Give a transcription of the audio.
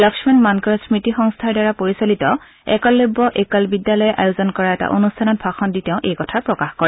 লক্ষ্মণ মানকৰ স্মতি সংস্থাৰ দ্বাৰা পৰিচালিত একলব্য একল বিদ্যালয়ে আয়োজন কৰা এটা অনুষ্ঠানত ভাষণ দি তেওঁ এই কথা প্ৰকাশ কৰে